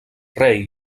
rei